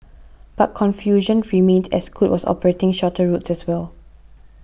but confusion remained as Scoot was operating shorter routes as well